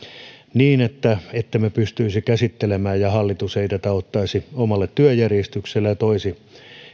niin ettemme pystyisi käsittelemään ja hallitus ei tätä ottaisi omaan työjärjestykseensä ja toisi